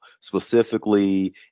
specifically